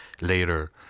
later